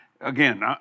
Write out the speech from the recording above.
again